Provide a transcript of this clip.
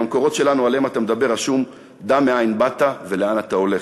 במקורות שלנו שעליהם אתה מדבר רשום: "דע מאין באת ולאן אתה הולך".